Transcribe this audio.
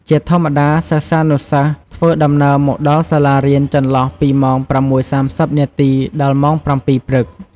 ជាធម្មតា សិស្សានុសិស្សធ្វើដំណើរមកដល់សាលារៀនចន្លោះពីម៉ោង ៦:៣០នាទី ដល់ម៉ោង ៧:០០ ព្រឹក។